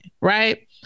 right